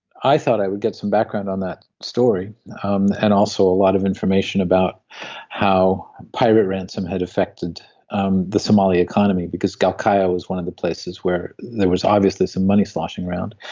i thought i would get some background on that story um and also a lot of information about how pirate ransom had affected um the somali economy, because galkayo was one of the places where there was obviously some money sloshing around.